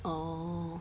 orh